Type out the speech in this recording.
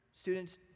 students